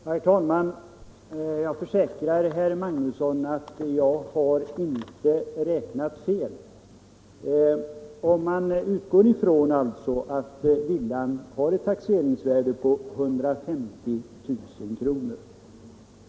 Herr talman! Jag försäkrar herr Magnusson i Borås att jag inte har räknat fel. Om man utgår från att villan har ett taxeringsvärde på 150 000 kr.